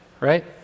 right